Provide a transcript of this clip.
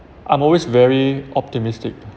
I'm always very optimistic